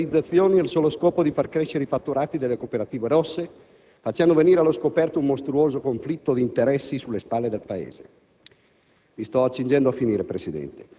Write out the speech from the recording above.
Ha approvato alcune finte liberalizzazioni al solo scopo di far crescere i fatturati delle cooperative rosse, facendo venire allo scoperto un mostruoso conflitto di interessi sulle spalle del Paese.